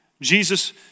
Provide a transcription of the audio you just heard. Jesus